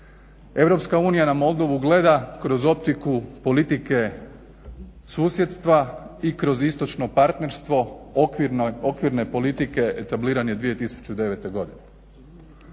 perspektivu. EU na Moldovu gleda kroz optiku politike susjedstva i kroz istočno partnerstvo okvirne politike tabliraje 2009. godine.